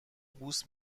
بوس